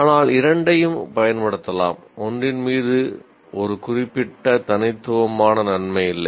ஆனால் இரண்டையும் பயன்படுத்தலாம் ஒன்றின் மீது ஒரு குறிப்பிட்ட தனித்துவமான நன்மை இல்லை